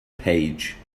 page